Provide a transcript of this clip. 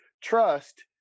Trust